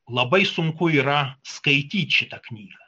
labai sunku yra skaityt šitą knygą